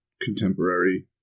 contemporary